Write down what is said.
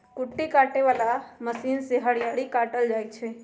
कुट्टी काटे बला मशीन से हरियरी काटल जाइ छै